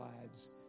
lives